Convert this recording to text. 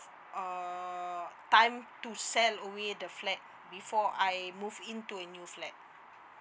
err time to sell away the flat before I move into a new flat